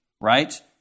right